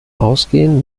ausgehen